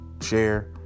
Share